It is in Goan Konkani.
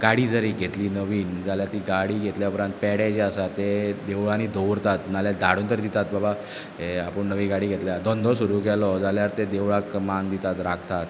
गाडी जर एक घेतली नवीन जाल्यार ती गाडी घेतल्या उपरांत पेडे जे आसा ते देवळांनी दोवरतात नाल्यार धाडून तरी दितात बाबा हें आपूण नवी गाडी घेतल्या धंदो सुरू केलो जाल्यार ते देवळांक मान दितात राखतात